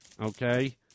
okay